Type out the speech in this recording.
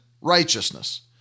righteousness